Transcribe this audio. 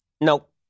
Nope